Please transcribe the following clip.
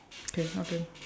K your turn